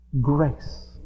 Grace